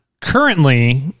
currently